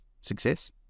success